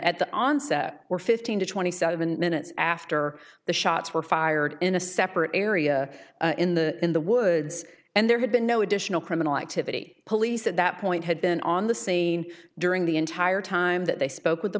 at the onset were fifteen to twenty seven minutes after the shots were fired in a separate area in the in the woods and there had been no additional criminal activity police at that point had been on the same during the entire time that they spoke with the